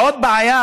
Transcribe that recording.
עוד בעיה,